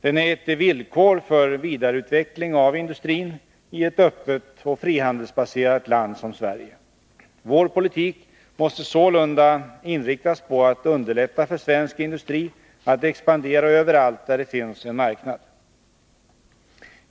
Den är ett villkor för vidareutveckling av industrin i ett öppet och frihandelsbaserat land som Sverige. Vår politik måste sålunda inriktas på att underlätta för svensk industri att expandera överallt där det finns en marknad.